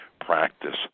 practice